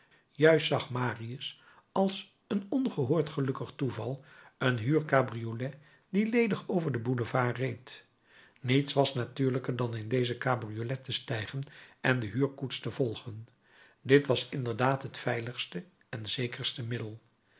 juist zag marius als een ongehoord gelukkig toeval een huurcabriolet die ledig over den boulevard reed niets was natuurlijker dan in deze cabriolet te stijgen en de huurkoets te volgen dit was inderdaad het veiligste en zekerste middel